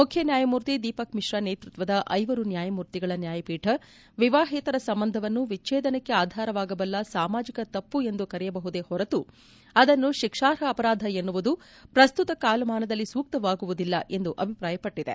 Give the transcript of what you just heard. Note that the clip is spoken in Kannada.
ಮುಖ್ಯನ್ಯಾಯಮೂರ್ತಿ ದೀಪಕ್ಮಿಶ್ರಾ ನೇತೃತ್ವದ ಐವರು ನ್ವಾಯಮೂರ್ತಿಗಳ ನ್ವಾಯಪೀಠ ವಿವಾಹೇತರ ಸಂಬಂಧವನ್ನು ವಿಚ್ವೇದನಕ್ಕೆ ಆಧಾರವಾಗಬಲ್ಲ ಸಾಮಾಜಿಕ ತಪ್ಪು ಎಂದು ಕರೆಯಬಹುದೇ ಹೊರತು ಅದನ್ನು ಶಿಕ್ಷಾರ್ಹ ಅಪರಾಧ ಎನ್ನುವುದು ಪ್ರಸ್ತುತ ಕಾಲಮಾನದಲ್ಲಿ ಸೂಕ್ತವಾಗುವುದಿಲ್ಲ ಎಂದು ಅಭಿಪ್ರಾಯಪಟ್ಲದೆ